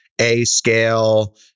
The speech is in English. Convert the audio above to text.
A-scale